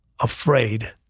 afraid